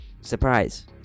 surprise